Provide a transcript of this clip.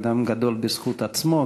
אדם גדול בזכות עצמו,